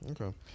Okay